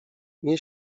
nie